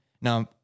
Now